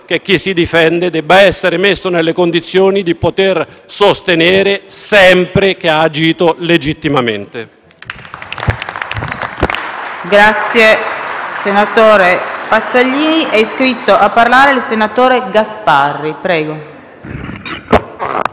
che chi si difende debba essere messo nelle condizioni di poter sostenere sempre che ha agito legittimamente.